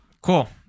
cool